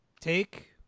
Take